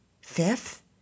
Fifth